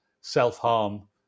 self-harm